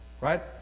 right